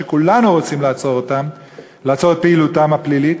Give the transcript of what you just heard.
שכולנו רוצים לעצור את פעילותם הפלילית,